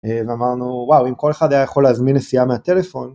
ואמרנו, וואו, אם כל אחד היה יכול להזמין נסיעה מהטלפון...